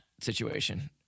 situation